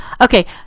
Okay